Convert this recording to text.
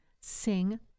sing